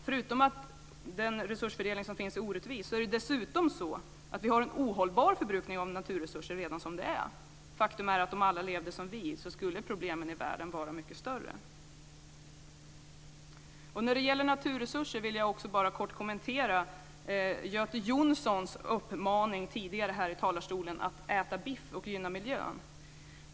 Förutom att den resursfördelning som finns är orättvis har vi en ohållbar förbrukning av naturresurser redan som det är. Faktum är att om alla levde som vi skulle problemen i världen vara mycket större. När det gäller naturresurser vill jag bara kort kommentera Göte Jonssons uppmaning tidigare här i talarstolen om att man ska äta biff och gynna miljön.